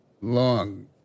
long